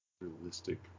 Realistic